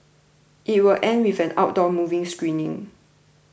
it will end with an outdoor movie screening